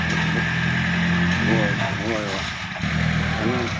ꯍꯣꯏ ꯍꯣꯏ ꯍꯣꯏ ꯑꯉꯥꯡ